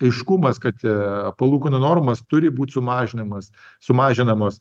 aiškumas kad palūkanų normos turi būt sumažinamas sumažinamos